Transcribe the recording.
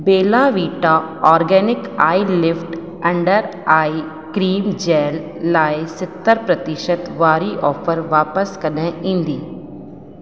Bella Vita organic eyelift under eye cream gel लाइ सतरि प्रतिशत वारी ऑफर वापसि कॾहिं ईंदी